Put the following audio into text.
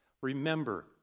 Remember